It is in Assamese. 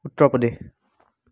উত্তৰ প্ৰদেশ